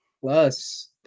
Plus